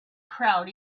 crowd